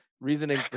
reasoning